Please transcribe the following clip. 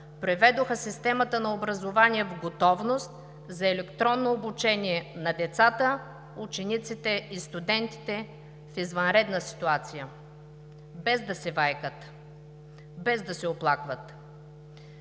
приведоха системата на образование в готовност за електронно обучение на децата, учениците и студентите в извънредна ситуация, без да се вайкат, без да се оплакват.